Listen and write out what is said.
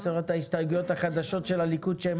עשרת ההסתייגויות החדשות של הליכוד שהן